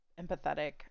empathetic